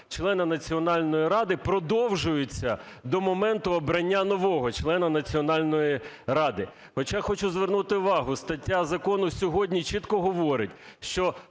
члена Національної ради продовжуються до моменту обрання нового члена Національної ради. Хоча хочу звернути увагу, стаття закону сьогодні чітко говорить, що